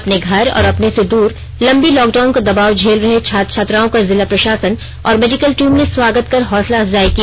अपने घर और अपनों से दूर लम्बी लॉकडाउन का दबाव झेल रहे छात्र छात्राओं का जिला प्रशासन और मेडिकल टीम ने स्वागत कर हौंसला अफजाई की